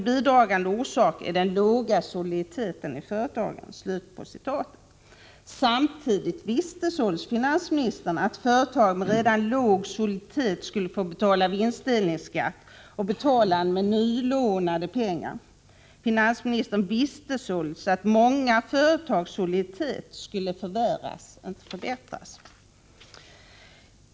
En bidragande orsak är den låga soliditeten i företagen ——-—.” Samtidigt visste således finansministern att företag med redan låg soliditet skulle få betala vinstdelningsskatt och betala den med nylånade pengar. Finansministern visste således att många företags soliditet skulle förvärras, inte förbättras.